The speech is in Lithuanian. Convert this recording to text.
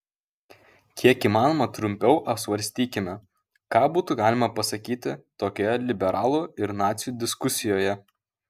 kiek įmanoma trumpiau apsvarstykime ką būtų galima pasakyti tokioje liberalų ir nacių diskusijoje